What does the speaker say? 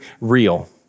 real